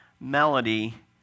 melody